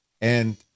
And-